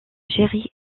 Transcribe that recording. jerry